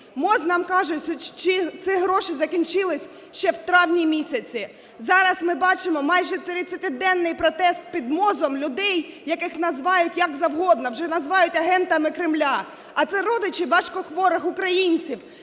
МОЗ нам каже, що ці гроші закінчились ще в травні місяці. Зараз ми бачимо майже 30-денний протест під МОЗом людей, яких називають як завгодно, вже називають агентами Кремля. А це родичі важкохворих українців,